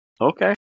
Okay